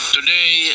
Today